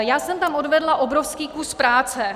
Já jsem tam odvedla obrovský kus práce.